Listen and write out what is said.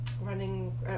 running